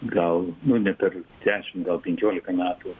gal ne per dešim gal penkiolika metų